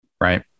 Right